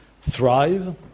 thrive